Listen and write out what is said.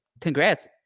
congrats